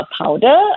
powder